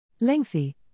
Lengthy